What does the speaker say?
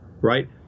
right